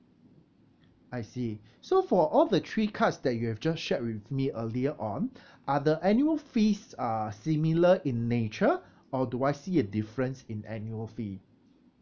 I see so for all the three cards that you have just shared with me earlier on are the annual fees are similar in nature or do I see a difference in annual fee